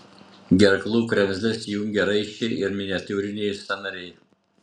gerklų kremzles jungia raiščiai ir miniatiūriniai sąnariai